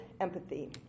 empathy